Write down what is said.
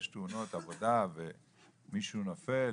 יש תאונות עבודה ומישהו נופל